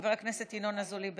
חבר הכנסת ינון אזולאי,